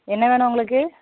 என்ன வேணும் உங்களுக்கு